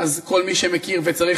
אז כל מי שמכיר וצריך,